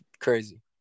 Crazy